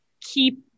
keep